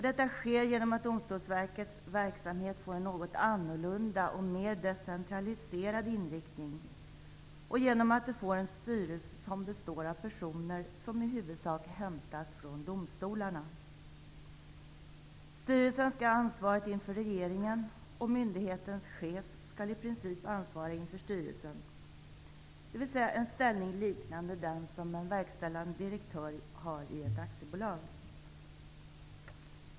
Detta sker genom att Domstolsverkets verksamhet får en något annorlunda och mer decentraliserad inriktning och genom att det får en styrelse som består av personer som i huvudsak hämtas från domstolarna. Styrelsen skall ha ansvaret inför regeringen, och myndighetens chef skall i princip ansvara inför styrelsen, dvs. en ställning liknande den som en verkställande direktör har i ett aktiebolag.